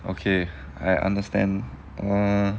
okay I understand um